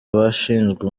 abashinzwe